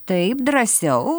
taip drąsiau